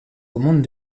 commandes